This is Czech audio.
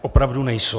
Opravdu nejsou.